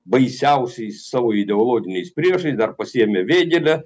baisiausiais savo ideologiniais priešais dar pasiėmė vėgėlę